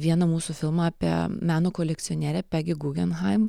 vieną mūsų filmą apie meno kolekcionierę pegi gugenhaim